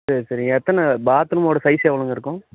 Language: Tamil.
சரி சரிங்க எத்தனை பாத்ரூமோட சைஸ் எவ்வளோங்க இருக்கும்